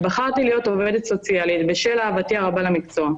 בחרתי להיות עובדת סוציאלית בשל אהבתי הרבה למקצוע,